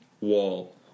wall